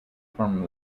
from